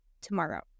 tomorrow